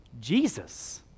Jesus